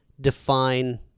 define